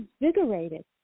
invigorated